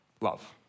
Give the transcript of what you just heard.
love